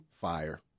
Fire